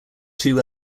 two